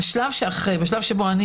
בשלב הבא,